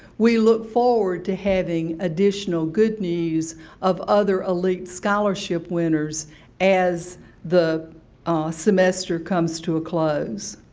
we look forward to having additional good news of other elite scholarship winners as the semester comes to a close.